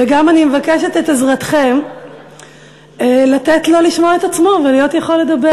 וגם אני מבקשת את עזרתכם לתת לו לשמוע את עצמו ולהיות יכול לדבר.